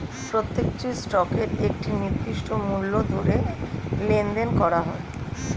প্রত্যেকটি স্টকের একটি নির্দিষ্ট মূল্য ধরে লেনদেন করা হয়